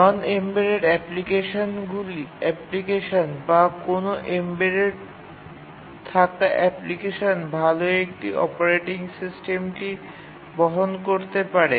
নন embedded application বা কোনও embedded থাকা অ্যাপ্লিকেশন ভাল একটি অপারেটিং সিস্টেমটি বহন করতে পারে